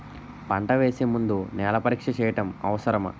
పంట వేసే ముందు నేల పరీక్ష చేయటం అవసరమా?